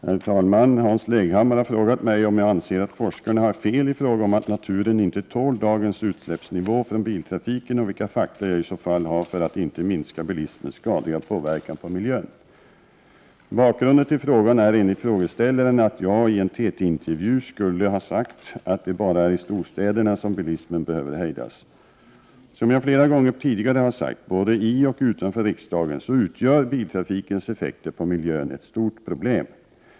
Herr talman! Hans Leghammar har frågat mig om jag anser att forskarna har fel i fråga om att naturen inte tål nivån på dagens utsläpp från biltrafiken och vilka fakta jag i så fall har för att inte minska bilismens skadliga påverkan på miljön. Bakgrunden till frågan är enligt frågeställaren att jag i en TT-intervju skulle ha sagt att det bara är i storstäderna som bilismen behöver hejdas. Som jag flera gånger tidigare har sagt både i och utanför riksdagen utgör biltrafikens effekter på miljön ett stort problem.